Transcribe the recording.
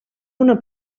una